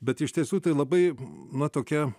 bet iš tiesų tai labai na tokia